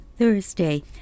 Thursday